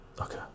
okay